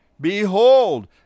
Behold